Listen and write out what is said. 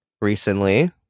recently